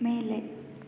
ಮೇಲೆ